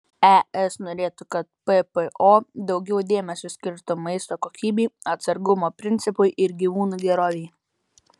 es norėtų kad ppo daugiau dėmesio skirtų maisto kokybei atsargumo principui ir gyvūnų gerovei